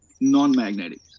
non-magnetic